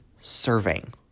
serving